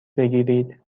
بگیرید